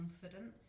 confident